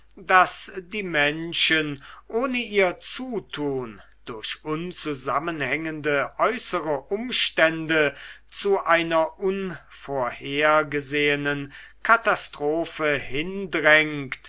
das die menschen ohne ihr zutun durch unzusammenhängende äußere umstände zu einer unvorgesehenen katastrophe